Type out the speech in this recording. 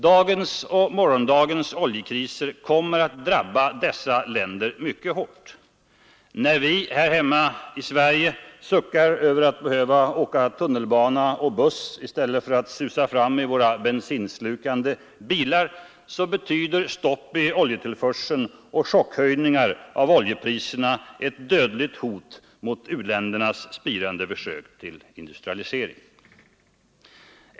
Dagens och morgondagens oljekriser kommer att drabba dessa länder mycket hårt. När vi här i Sverige suckar över att behöva åka tunnelbana och buss i stället för att susa fram i våra bensinslukande bilar, betyder stopp i oljetillförseln och chockhöjningar av oljepriserna ett dödligt hot mot u-ländernas spirande försök till industrialisering.